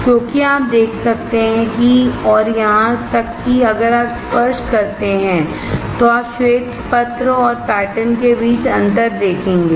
क्योंकि आप देख सकते हैं और यहां तक कि अगर आप स्पर्श करते हैं तो आप श्वेत पत्र और पैटर्न के बीच अंतर देखेंगे